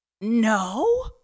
No